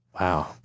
Wow